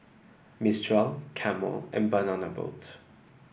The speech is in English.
Mistral Camel and Banana Boat